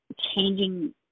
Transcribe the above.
changing